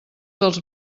dels